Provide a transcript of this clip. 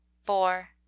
four